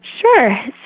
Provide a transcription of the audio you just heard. Sure